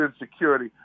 insecurity